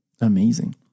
amazing